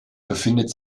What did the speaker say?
befindet